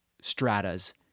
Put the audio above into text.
stratas